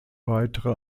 weitere